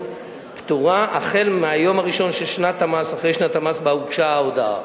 פטורה החל מהיום הראשון של שנת המס שבה הוגשה ההודעה.